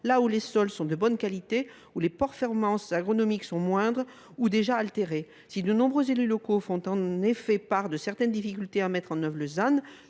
là où les sols sont de mauvaise qualité et où les performances agronomiques sont moindres ou déjà altérées. En effet, si de nombreux élus locaux font part de certaines difficultés à mettre en œuvre le ZAN,